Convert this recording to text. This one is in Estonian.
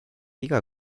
iga